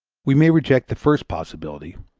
we may reject the first possibility,